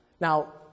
Now